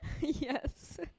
Yes